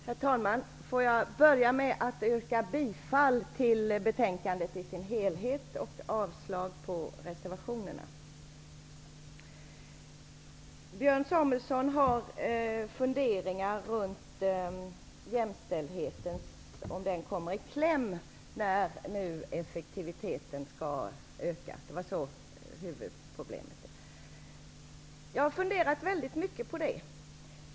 Herr talman! Jag vill börja med att yrka bifall till utskottets hemställan i dess helhet och avslag på reservationerna. Björn Samuelson funderar över om jämställdheten kommer i kläm när effektiviteten skall öka. Det var huvudproblemet, eller hur? Jag har funderat väldigt mycket på det.